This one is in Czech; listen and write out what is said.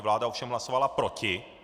Vláda ovšem hlasovala proti.